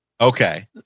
Okay